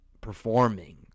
performing